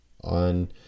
on